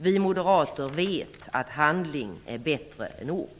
Vi moderater vet att handling är bättre än ord.